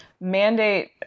mandate